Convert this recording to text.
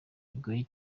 bigoye